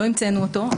לא המצאנו אותו.